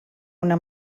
una